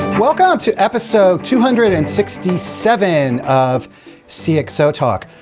welcome to episode two hundred and sixty seven of cxotalk!